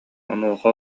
онуоха